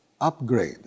upgrade